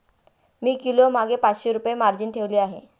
मी किलोमागे पाचशे रुपये मार्जिन ठेवली आहे